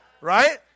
Right